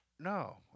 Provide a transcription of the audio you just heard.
No